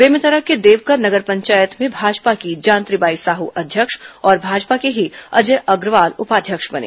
बेमेतरा के देवकर नगर पंचायत में भाजपा की जान्त्री बाई साह अध्यक्ष और भाजपा के ही अजय अग्रवाल उपाध्यक्ष बने